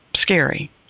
scary